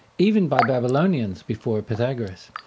even by babylonians before pythagoras.